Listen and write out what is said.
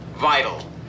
vital